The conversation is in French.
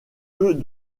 peut